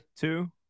Two